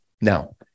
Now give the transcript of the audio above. Now